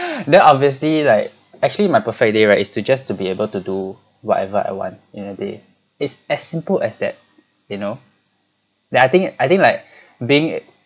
then obviously like actually my perfect day right is to just to be able to do whatever I want in a day it's as simple as that you know that I think I think like being